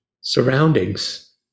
surroundings